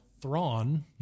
Thrawn